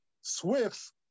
SWIFT